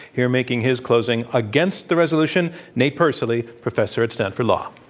here making his closing against the resolution, nate persily, professor at stanford law.